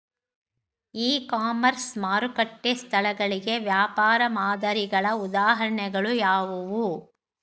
E commerce ಮಾರುಕಟ್ಟೆ ಸ್ಥಳಗಳಿಗೆ ವ್ಯಾಪಾರ ಮಾದರಿಗಳ ಉದಾಹರಣೆಗಳು ಯಾವುವು?